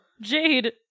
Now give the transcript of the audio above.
jade